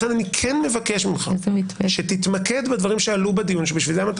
לכן אני כן מבקש ממך שתתמקד בדברים שעלו בדיון שבשבילם אתה